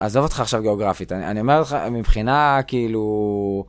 עזוב אותך עכשיו גיאוגרפית, אני אומר לך מבחינה כאילו...